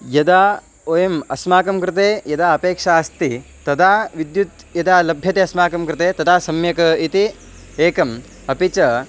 यदा वयम् अस्माकं कृते यदा अपेक्षा अस्ति तदा विद्युत् यदा लभ्यते अस्माकं कृते तदा सम्यक् इति एकम् अपि च